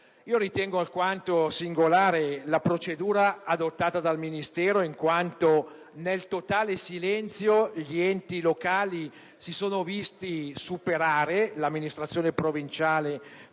Ritengo alquanto singolare la procedura adottata dal Ministero in quanto, nel totale silenzio, gli enti locali, compresa l’amministrazione provinciale,